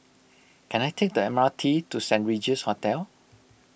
can I take the M R T to Saint Regis Hotel